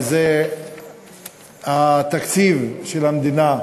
וזה תקציב המדינה,